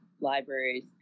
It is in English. libraries